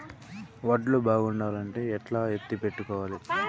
వడ్లు బాగుండాలంటే ఎట్లా ఎత్తిపెట్టుకోవాలి?